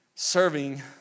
Serving